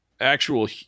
actual